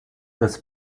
das